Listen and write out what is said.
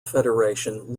federation